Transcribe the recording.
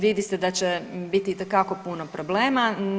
Vidi se da će biti itekako puno problema.